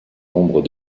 nombre